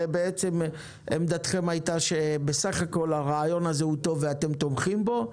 ובעצם עמדתכם הייתה שבסך הכול הרעיון הזה הוא טוב ואתם תומכים בו.